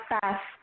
fast